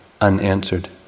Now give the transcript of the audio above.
unanswered